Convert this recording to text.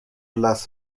las